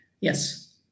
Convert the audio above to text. Yes